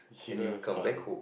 and you come back home